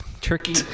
turkey